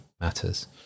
matters